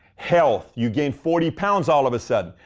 health, you gain forty pounds all of a sudden.